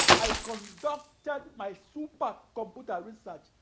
i conducted my supercomputer research,